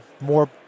more